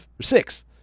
six